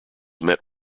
met